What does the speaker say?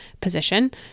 position